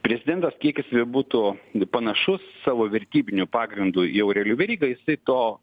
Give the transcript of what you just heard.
prezidentas kiek jis bebūtų panašus savo vertybiniu pagrindu į aurelijų verygą jisai to